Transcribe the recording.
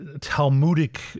Talmudic